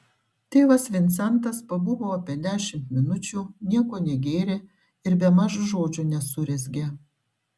tėvas vincentas pabuvo apie dešimt minučių nieko negėrė ir bemaž žodžio nesurezgė